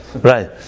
Right